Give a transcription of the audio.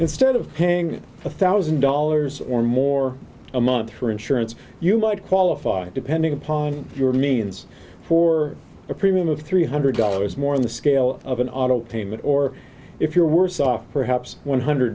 instead of paying a thousand dollars or more a month for insurance you like qualify depending upon your means for a premium of three hundred dollars more on the scale of an auto payment or if you're worse off perhaps one hundred